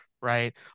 Right